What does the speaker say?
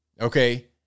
Okay